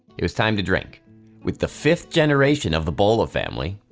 it was time to drink with the fifth generation of the bolla family,